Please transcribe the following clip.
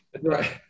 Right